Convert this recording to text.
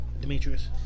Demetrius